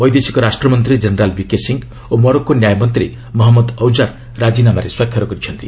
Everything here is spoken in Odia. ବୈଦେଶିକ ରାଷ୍ଟ୍ରମନ୍ତ୍ରୀ ଜେନେରାଲ୍ ବିକେ ସିଂହ ଓ ମୋରୋକୋ ନ୍ୟାୟ ମନ୍ତ୍ରୀ ମହନ୍ମଦ୍ ଔଜାର୍ ରାଜିନାମାରେ ସ୍ୱାକ୍ଷର କରିଛନ୍ତି